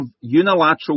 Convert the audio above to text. unilateral